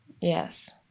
Yes